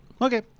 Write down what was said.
Okay